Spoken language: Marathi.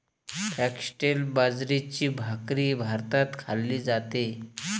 फॉक्सटेल बाजरीची भाकरीही भारतात खाल्ली जाते